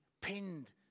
pinned